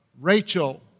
Rachel